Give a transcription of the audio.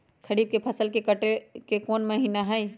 खरीफ के फसल के कटे के कोंन महिना हई?